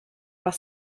was